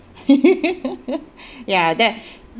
yeah that